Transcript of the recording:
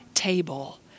table